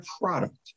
product